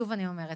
שוב אני אומרת,